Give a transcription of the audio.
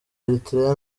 eritrea